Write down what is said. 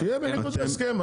שיהיה בניגוד להסכם.